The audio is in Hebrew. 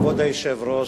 כבוד היושב-ראש,